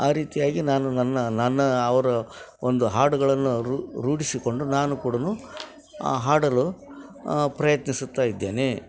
ಆ ರೀತಿಯಾಗಿ ನಾನು ನನ್ನ ನನ್ನ ಅವರ ಒಂದು ಹಾಡುಗಳನ್ನು ರು ರೂಢಿಸಿಕೊಂಡು ನಾನು ಕೂಡ ಹಾಡಲು ಪ್ರಯತ್ನಿಸುತ್ತಾ ಇದ್ದೇನೆ